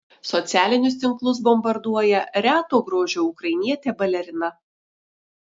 socialinius tinklus bombarduoja reto grožio ukrainietė balerina